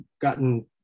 gotten